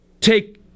take